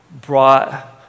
brought